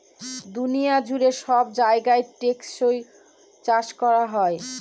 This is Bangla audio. দুনিয়া জুড়ে সব জায়গায় টেকসই চাষ করা হোক